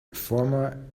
former